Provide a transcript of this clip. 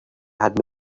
had